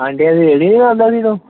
ਆਂਡੀਆ ਦੀ ਰੇਹੜੀ ਨੀ ਲਾਉਂਦਾ ਸੀ ਤੂੰ